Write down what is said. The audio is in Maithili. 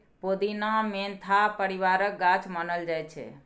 पोदीना मेंथा परिबारक गाछ मानल जाइ छै